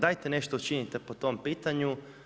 Dajte nešto učinite po tom pitanju.